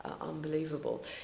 unbelievable